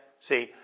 See